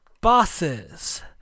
bosses